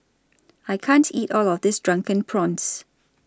I can't eat All of This Drunken Prawns